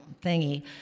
thingy